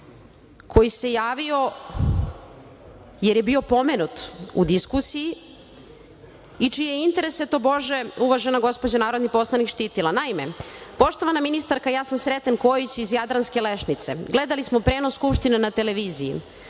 koji se javio jer je bio pomenut u diskusiji i čije je interese, tobože, uvažena gospođa narodni poslanik štitila. Naime, „Poštovana ministarka ja sam Sreten Kojić iz Jadranske Lešnice. Gledali smo prenos Skupštine na televiziji.